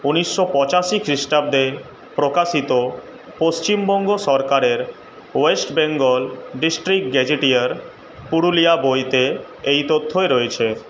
উনিশশো পঁচাশি খ্রিস্টাব্দে প্রকাশিত পশ্চিমবঙ্গ সরকারের ওয়েস্টবেঙ্গল ডিসট্রিক্ট গ্যাজেটিয়ার পুরুলিয়া বইতে এই তথ্যই রয়েছে